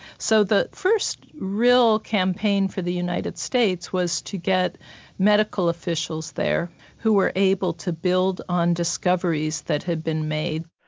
so the first real campaign for the united states was to get medical officials there who were able to build on discoveries that had been made.